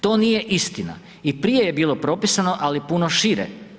To nije istina, i prije je bilo propisano ali puno šire.